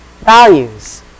values